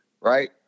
right